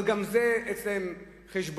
אבל גם זה אצלם חשבון.